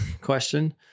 question